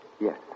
Yes